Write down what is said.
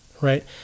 right